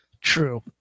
true